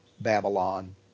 Babylon